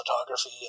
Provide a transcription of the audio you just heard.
photography